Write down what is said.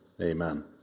amen